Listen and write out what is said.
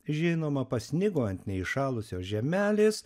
žinoma pasnigo ant neįšalusios žemelės